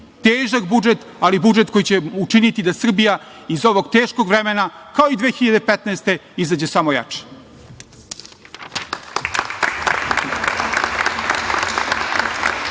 težak budžet, ali budžet koji će učiniti da Srbija iz ovog teškog vremena, kao i 2015. godine, izađe samo jača.